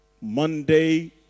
monday